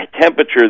temperature